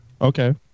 Okay